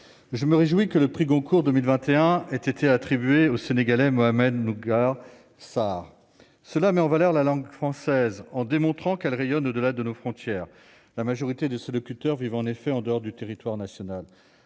je me réjouis que le prix Goncourt 2021 ait été attribué au Sénégalais Mohamed Mbougar Sarr, cela met en valeur la langue française en démontrant qu'elle rayonne au-delà de nos frontières, la majorité de ses locuteurs vivent en effet en dehors du territoire national,